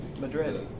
Madrid